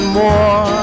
more